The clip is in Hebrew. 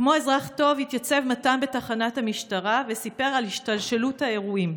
כמו אזרח טוב התייצב מתן בתחנת המשטרה וסיפר על השתלשלות האירועים,